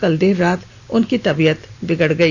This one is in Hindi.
कल देर रात उनकी तबीयत बिगड़ गई